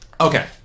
Okay